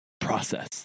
Process